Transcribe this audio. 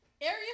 Area